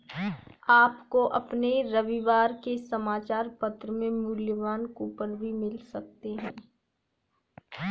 आपको अपने रविवार के समाचार पत्र में मूल्यवान कूपन भी मिल सकते हैं